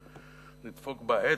נדפוק בעץ,